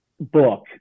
book